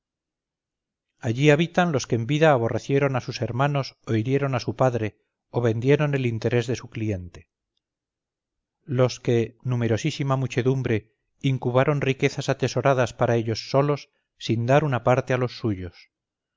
allí habitan los que en vida aborrecieron a sus hermanos o hirieron a su padre o vendieron el interés de su cliente los que numerosísima muchedumbre incubaron riquezas atesoradas para ellos solos sin dar una parte a los suyos